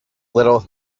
little